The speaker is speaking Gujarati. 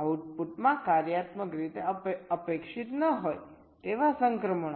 આઉટપુટમાં કાર્યાત્મક રીતે અપેક્ષિત ન હોય તેવા સંક્રમણો